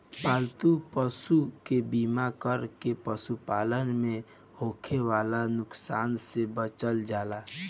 पालतू पशु के बीमा कर के पशुपालन में होखे वाला नुकसान से बचल जाला